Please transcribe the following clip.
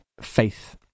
faith